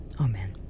Amen